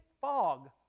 fog